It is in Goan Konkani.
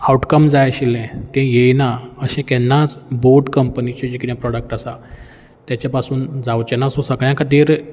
आवटकम जाय आशिल्लें तें येयना अशें केन्नाच बोट कंपनीचे जे कितें प्रॉडक्ट आसात तेच्या पासून जावचेना असो सगळ्यां खातीर